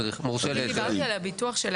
אני דיברתי על הביטוח .